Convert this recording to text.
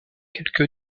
quelque